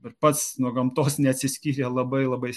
ir pats nuo gamtos neatsiskiryrė labai labai